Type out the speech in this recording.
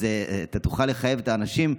אז אתה תוכל לחייב את האנשים?